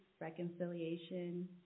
reconciliation